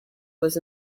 was